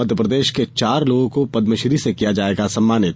मध्यप्रदेश के चार लोगों को पदमश्री से किया जाएगा सम्मानित